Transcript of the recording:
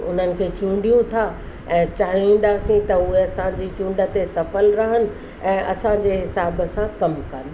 उन्हनि खे चूंडियूं था ऐं चाहिंदासीं त उहे असांजी चूंड ते सफल रहनि ऐं असांजे हिसाब सां कमु कनि